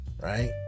Right